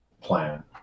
plan